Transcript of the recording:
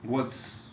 what's